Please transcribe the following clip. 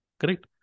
correct